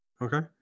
okay